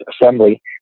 Assembly